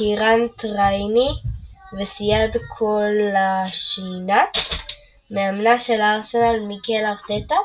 קיראן טיירני וסיאד קולאשינאץ מאמנה של ארסנל מיקל ארטטה